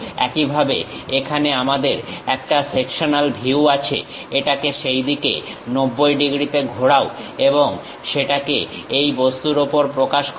একইভাবে এখানে আমাদের একটা সেকশনাল ভিউ আছে এটাকে সেই দিকে 90 ডিগ্রীতে ঘোরাও এবং সেটাকে এই বস্তুর ওপর প্রকাশ করো